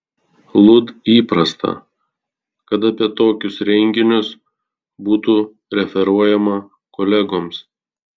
lud įprasta kad apie tokius renginius būtų referuojama kolegoms